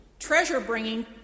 treasure-bringing